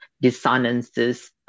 dissonances